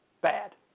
bad